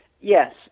Yes